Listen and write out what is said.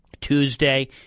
Tuesday